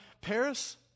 Paris